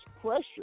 pressure